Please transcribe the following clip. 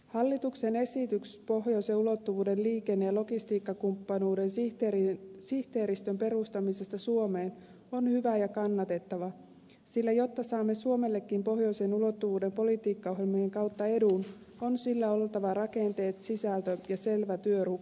hallituksen esitys pohjoisen ulottuvuuden liikenne ja logistiikkakumppanuuden sihteeristön perustamisesta suomeen on hyvä ja kannatettava sillä jotta saamme suomellekin pohjoisen ulottuvuuden politiikkaohjelmien kautta edun on sillä oltava rakenteet sisältö ja selvä työrukkanen